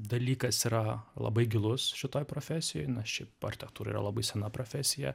dalykas yra labai gilus šitoj profesijoj na šiaip architektūra yra labai sena profesija